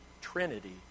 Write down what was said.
Trinity